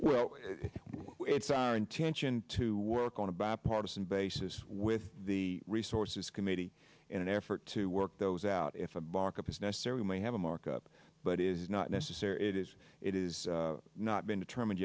well it's our intention to work on a bipartisan basis with the resources committee in an effort to work those out if a backup is necessary we may have a markup but it is not necessary it is it is not been determined